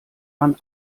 man